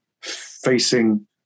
facing